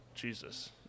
Jesus